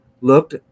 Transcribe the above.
looked